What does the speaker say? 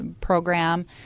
program